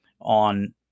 on